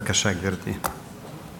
בבקשה, גברתי.